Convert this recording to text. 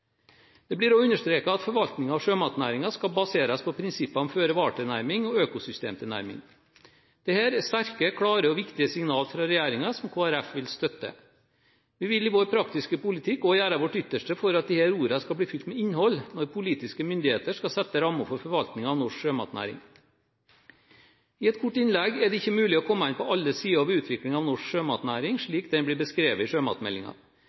Det blir også understreket at forvaltningen av sjømatnæringen skal baseres på prinsippet om føre-var-tilnærming og økosystemtilnærming. Dette er sterke, klare og viktige signaler fra regjeringen, som Kristelig Folkeparti vil støtte. Vi vil i vår praktiske politikk også gjøre vårt ytterste for at disse ordene skal bli fylt med innhold når politiske myndigheter skal legge rammer for forvaltningen av norsk sjømatnæring. I et kort innlegg er det ikke mulig å komme inn på alle sider ved utviklingen av norsk sjømatnæring slik den blir beskrevet i